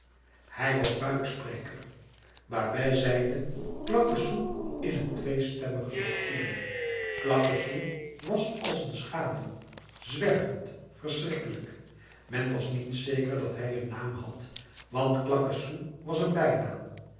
hij was buikspreker babet zeide claquesous is een tweestemmige nocturne claquesous was als een schaduw zwervend verschrikkelijk men was niet zeker dat hij een naam had want claquesous was een bijnaam